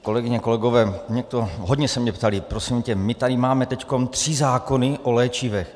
Kolegyně, kolegové, hodně se mě ptali: prosím tě, my tady máme teď tři zákony o léčivech.